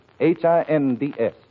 H-I-N-D-S